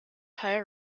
higher